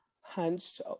hunched